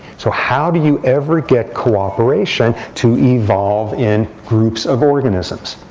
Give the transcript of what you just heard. so how do you ever get cooperation to evolve in groups of organisms?